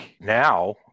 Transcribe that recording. now